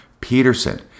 Peterson